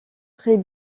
trait